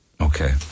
okay